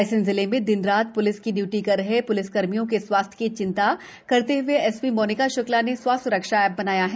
रायसेन जिले में दिन रात इयूटी कर रहे पुलिस कर्मियों के स्वास्थ्य की चिंता करते हए एसपी मोनिका श्क्ला ने स्वास्थ्य स्रक्षा ए बनवाया है